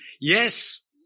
Yes